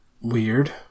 weird